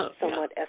somewhat